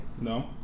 No